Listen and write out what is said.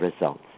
results